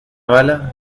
bala